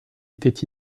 était